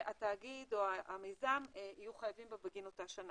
שהתאגיד או המיזם יהיו חייבים בו בגין אותה שנה.